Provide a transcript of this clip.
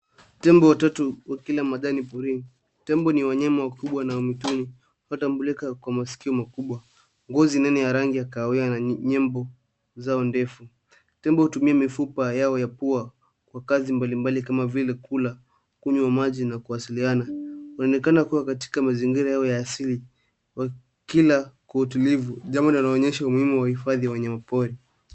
Tembo watatu wakila majani porini. Tembo ni wanyama wakubwa na WA mwituni wanaotambulika kwa masikio makubwa, ngozi nene ya rangi ya kahawia na nyembo zao ndefu. Tembo hutumia mifupa yao ya pua kwa kazi mbalimbali kama vile kula, kunywa maji na kuwasiliana. Wanaonekana kuwa katika mazingira yao ya asili wakila kwa utulivu jambo linaloonyesha umuhimu wa uhifadhi wa wanyamapori.